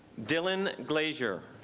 dillon glaeser